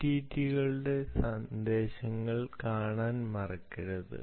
MQTT കളുടെ സന്ദേശങ്ങൾ കാണാൻ മറക്കരുത്